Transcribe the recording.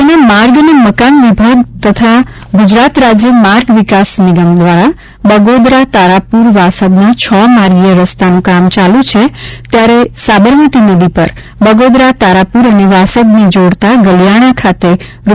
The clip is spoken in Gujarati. રાજ્યના માર્ગ અને મકાન વિભાગ તથા ગુજરાત રાજ્ય માર્ગ વિકાસ નિગમ દ્વારા બગોદરા તારાપુર વાસદના છ માર્ગીય રસ્તાનું કામ ચાલુ છે ત્યારે સાબરમતી નદી પર બગોદરા તારાપુર અને વાસદને જોડતાં ગલીયાણા ખાતે રૂ